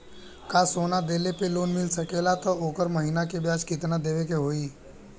का सोना देले पे लोन मिल सकेला त ओकर महीना के ब्याज कितनादेवे के होई?